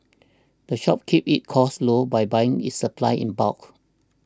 the shop keeps its costs low by buying its supplies in bulk